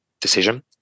decision